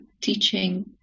teaching